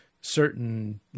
certain